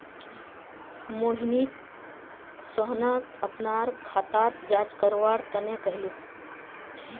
मोहित सोहनक अपनार खाताक जांच करवा तने कहले